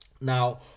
now